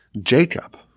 Jacob